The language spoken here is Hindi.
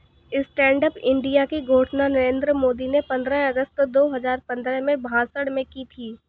स्टैंड अप इंडिया की घोषणा नरेंद्र मोदी ने पंद्रह अगस्त दो हजार पंद्रह में भाषण में की थी